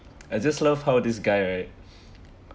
I just love how this guy right